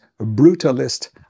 brutalist